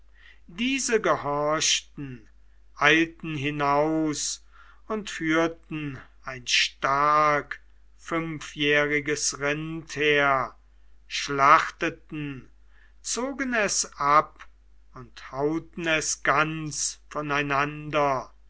diese gehorchten eilten hinaus und führten ein stark fünfjähriges rind her schlachteten zogen es ab und hauten es ganz voneinander